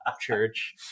church